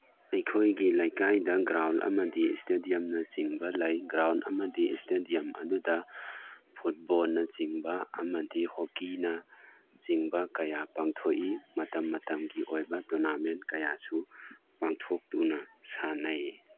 ꯑꯩꯈꯣꯏꯒꯤ ꯂꯩꯀꯥꯏꯗ ꯒ꯭ꯔꯥꯎꯟ ꯑꯃꯗꯤ ꯏꯁꯇꯦꯗꯤꯌꯝꯅ ꯆꯤꯡꯕ ꯂꯩ ꯒ꯭ꯔꯥꯎꯟ ꯑꯃꯗꯤ ꯏꯁꯇꯦꯗꯤꯌꯝ ꯑꯗꯨꯗ ꯐꯨꯠꯕꯣꯜꯅꯆꯤꯡꯕ ꯑꯃꯗꯤ ꯍꯣꯛꯀꯤꯅ ꯆꯤꯡꯕ ꯀꯌꯥ ꯄꯥꯡꯊꯣꯛꯏ ꯃꯇꯝ ꯃꯇꯝꯒꯤ ꯑꯣꯏꯕ ꯇꯣꯔꯅꯥꯃꯦꯟ ꯀꯌꯥꯁꯨ ꯄꯥꯡꯊꯣꯛꯇꯨꯅ ꯁꯥꯟꯅꯩ